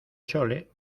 chole